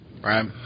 Right